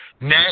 Net